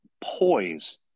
poise